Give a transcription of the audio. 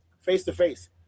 face-to-face